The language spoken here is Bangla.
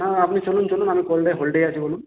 হ্যাঁ আপনি চলুন চলুন আমি কলটা হোল্ডে আছি বলুন